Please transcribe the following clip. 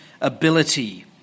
ability